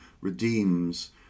redeems